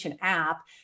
app